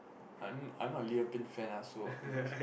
I'm I'm not Liam-Payne fan ah so I'm not sure